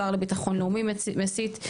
שר לביטחון לאומי מסית,